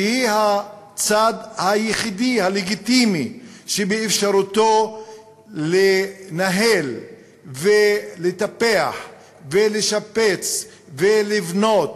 שהיא הצד היחיד הלגיטימי שבאפשרותו לנהל ולטפח ולשפץ ולבנות